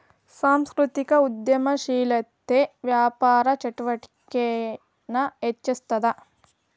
ಸಾಂಸ್ಕೃತಿಕ ಉದ್ಯಮಶೇಲತೆ ವ್ಯಾಪಾರ ಚಟುವಟಿಕೆನ ಹೆಚ್ಚಿಸ್ತದ